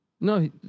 No